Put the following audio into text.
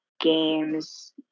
games